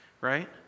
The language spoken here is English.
right